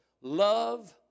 Love